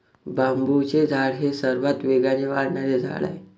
बांबूचे झाड हे सर्वात वेगाने वाढणारे झाड आहे